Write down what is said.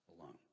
alone